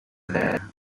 there